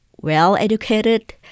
well-educated